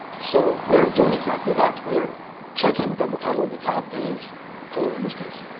so we're doing exactly that. we're checking that the title of the tab is hello, in this case.